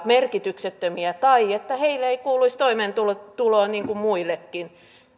merkityksettömiä tai että heille ei kuuluisi toimeentuloa niin kuin muillekin